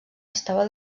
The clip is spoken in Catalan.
estava